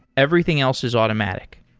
everything else is automatic,